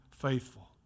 faithful